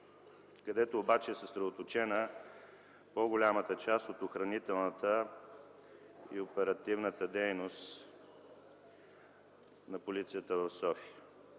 където обаче е съсредоточена по-голямата част от охранителната и оперативната дейност на полицията в София.